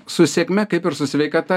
su sėkme kaip ir su sveikata